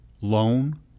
loan